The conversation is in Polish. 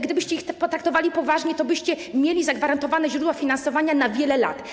Gdybyście ich potraktowali poważnie, tobyście mieli zagwarantowane źródła finansowania na wiele lat.